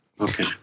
Okay